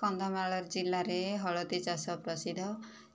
କନ୍ଧମାଳ ଜିଲ୍ଲାରେ ହଳଦୀ ଚାଷ ପ୍ରସିଦ୍ଧ